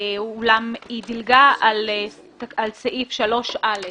אולם היא דילגה על סעיף 3(א)